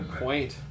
quaint